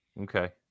Okay